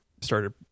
started